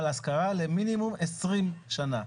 על השכרה למינימום של 20 שנה.